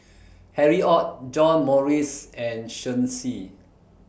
Harry ORD John Morrice and Shen Xi